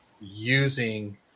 Using